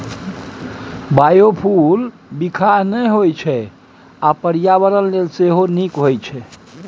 biofuel बिखाह नहि होइ छै आ पर्यावरण लेल सेहो नीक होइ छै